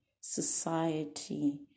society